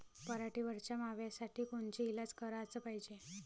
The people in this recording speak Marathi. पराटीवरच्या माव्यासाठी कोनचे इलाज कराच पायजे?